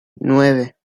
nueve